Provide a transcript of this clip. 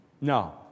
No